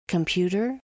Computer